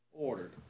Ordered